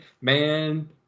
man